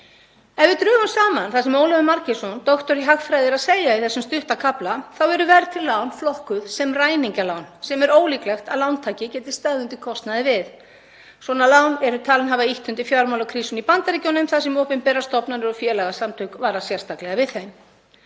Ef við drögum saman það sem Ólafur Margeirsson, doktor í hagfræði, er að segja í þessum stutta kafla eru verðtryggð lán flokkuð sem ræningjalán, sem er ólíklegt að lántaki geti staðið undir kostnaði við. Svona lán eru talin hafa ýtt undir fjármálakrísuna í Bandaríkjunum þar sem opinberar stofnanir og félagasamtök vara sérstaklega við þeim.